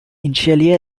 initially